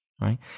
right